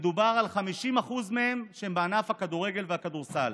מדובר על 50% מהם שהם בענף הכדורגל והכדורסל.